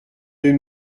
deux